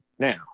now